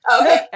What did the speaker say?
Okay